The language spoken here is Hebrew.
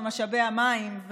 משאבי המים,